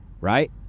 right